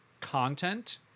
content